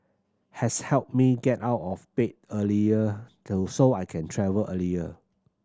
has helped me get out of bed earlier though so I can travel earlier